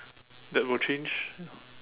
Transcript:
that will change